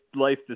life